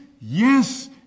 yes